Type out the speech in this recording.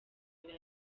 radio